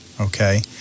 Okay